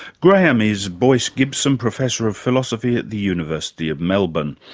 graham is boyce gibson professor of philosophy at the university of melbourne.